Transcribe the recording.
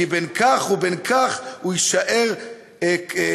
כי בין כך ובין כך הוא יישאר כמוך.